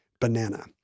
banana